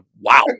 wow